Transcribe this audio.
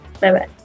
Bye-bye